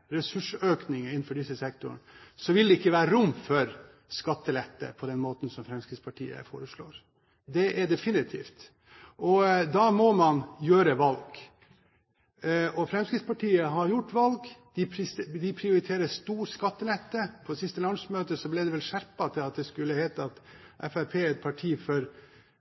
kommunehelsetjenesten, innenfor omsorgssektoren, og jeg tar gjerne med utdanningssektoren, med betydelige ressursøkninger innenfor disse sektorene, vil det ikke være rom for skattelette på den måten som Fremskrittspartiet foreslår. Det er definitivt, og da må man gjøre valg. Og Fremskrittspartiet har gjort valg, de prioriterer stor skattelette. På siste landsmøte ble det skjerpet at det skulle hete at Fremskrittspartiet er et parti